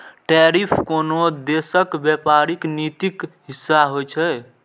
tariff कोनो देशक व्यापारिक नीतिक हिस्सा होइ छै